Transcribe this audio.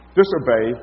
disobey